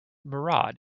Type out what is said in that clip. murad